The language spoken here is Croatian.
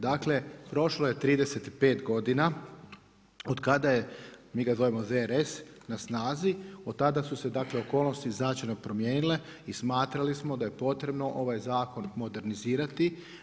Dakle prošlo je 35 godina od kada je, mi ga zovemo ZRS na snazi od tada su se okolnosti značajno promijenile i smatrali smo da je potrebno ovaj zakon modernizirati.